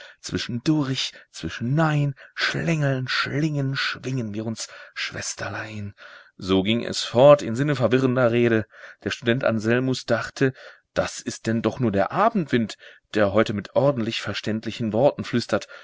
zwischendurch zwischenein schlängeln schlingen schwingen wir uns schwesterlein so ging es fort in sinne verwirrender rede der student anselmus dachte das ist denn doch nur der abendwind der heute mit ordentlich verständlichen worten flüstert